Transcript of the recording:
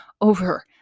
over